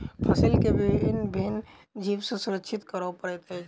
फसील के भिन्न भिन्न जीव सॅ सुरक्षित करअ पड़ैत अछि